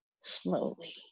slowly